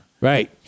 Right